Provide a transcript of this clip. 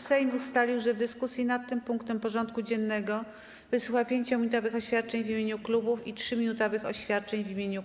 Sejm ustalił, że w dyskusji nad tym punktem porządku dziennego wysłucha 5-minutowych oświadczeń w imieniu klubów i 3-minutowych oświadczeń w imieniu kół.